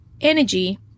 energy